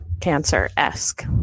Cancer-esque